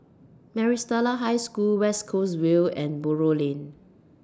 Maris Stella High School West Coast Vale and Buroh Lane